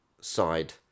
side